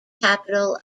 capital